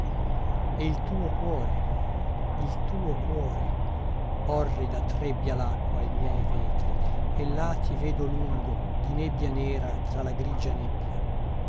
e il tuo cuore il tuo cuore orrida trebbia lacqua i miei vetri e là ti vedo lungo di nebbia nera tra la grigia nebbia